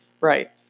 Right